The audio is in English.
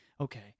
okay